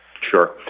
Sure